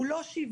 הוא לא שוויוני.